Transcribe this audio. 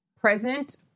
present